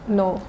no